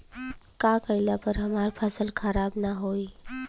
का कइला पर हमार फसल खराब ना होयी?